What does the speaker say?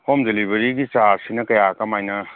home ꯗꯦꯂꯤꯚꯔꯤꯒꯤ ꯆꯥꯔꯖꯁꯤꯅ ꯀꯌꯥ ꯀꯃꯥꯏꯅ